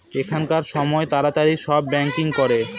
এখনকার সময় তাড়াতাড়ি সব ব্যাঙ্কিং করে